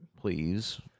please